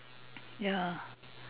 ya